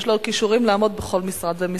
יש לו כישורים לעמוד בראש כל משרד ומשרד.